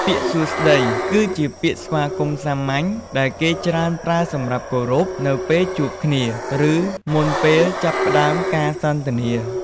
ពាក្យ «សួស្តី» គឺជាពាក្យស្វាគមន៍សាមញ្ញ ដែលគេច្រើនប្រើសម្រាប់គោរព នៅពេលជួបគ្នា ឬមុនពេលចាប់ផ្តើមការសន្ទនា។